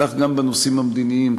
כך גם בנושאים המדיניים,